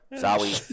Sorry